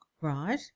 Right